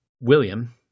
William